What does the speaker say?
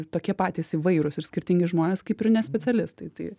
tokie patys įvairūs ir skirtingi žmonės kaip ir ne specialistai tai